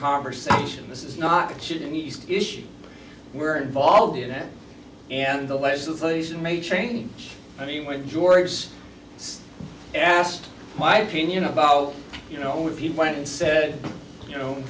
conversation this is not a kid in east issue we're involved in it and the legislation may change i mean when george asked my opinion about you know if he went and said you know